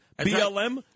BLM